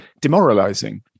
demoralizing